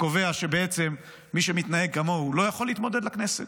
שקובע שבעצם מי שמתנהג כמוהו לא יכול להתמודד לכנסת.